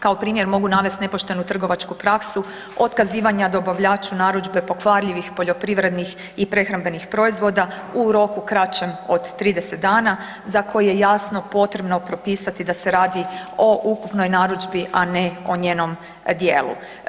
Kao primjer mogu navest nepoštenu trgovačku praksu otkazivanja dobavljaču narudžbe pokvarljivih poljoprivrednih i prehrambenih proizvod u roku kraćem od 30 dana za koje je jasno potrebno propisati da se radi o ukupnoj narudžbi, a ne o njenom djelu.